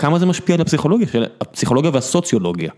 כמה זה משפיע על הפסיכולוגיה והסוציולוגיה.